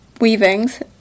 weavings